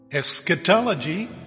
Eschatology